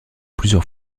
plusieurs